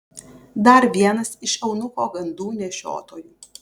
dar vienas iš eunucho gandų nešiotojų